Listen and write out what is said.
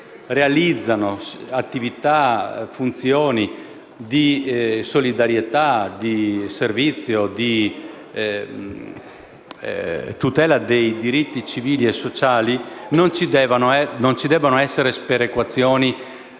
realizzano attività e funzioni di solidarietà, di servizio, di tutela dei diritti civili e sociali, non ci debbano essere sperequazioni